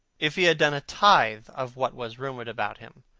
if he had done a tithe of what was rumoured about him,